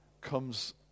comes